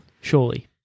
surely